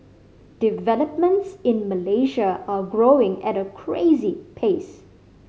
developments in Malaysia are growing at a crazy pace